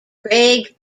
craig